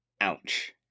Ouch